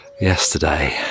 Yesterday